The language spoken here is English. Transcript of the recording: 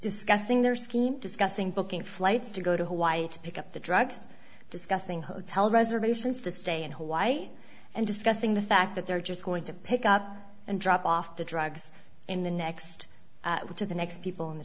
discussing their scheme discussing booking flights to go to hawaii to pick up the drugs discussing hotel reservations to stay in hawaii and discussing the fact that they're just going to pick up and drop off the drugs in the next to the next people in the